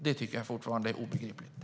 Det tycker jag fortfarande är obegripligt.